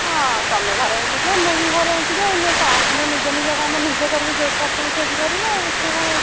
ହଁ ତମେ ଘରେ ଏକୁଟିଆ ମୁଁ ବି ଘରେ ଏକୁଟିଆ ଆସିଲେ ନିଜ ନିଜ କାମ ନିଜେ କରିବ ଯୋଉଠି ଛାଡ଼ିଥିବ ସେଇଠି କରିବ ଆଉ ସେଥିରେ କଣ ଅଛି